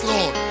Lord